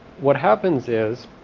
what happens is,